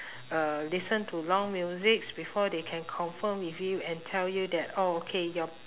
uh listen to long musics before they can confirm with you and tell you that oh okay your